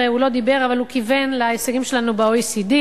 הוא לא דיבר אבל הוא כיוון להישגים שלנו ב-OECD.